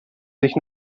sich